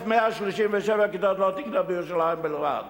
1,137 כיתות לא תקניות, בירושלים בלבד.